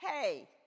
Hey